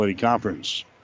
conference